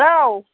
hello